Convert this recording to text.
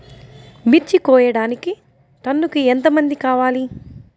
మిర్చి కోయడానికి టన్నుకి ఎంత మంది కావాలి?